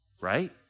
right